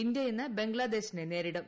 India ഇന്ന് ബംഗ്ലാദേശിനെ നേരിടും